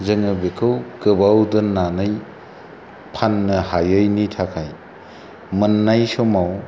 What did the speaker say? जोङो बिखौ गोबाव दोननानै फाननो हायैनि थाखाय मोननाय समाव